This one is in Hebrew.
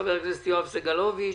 חבר הכנסת יואב סגלוביץ'.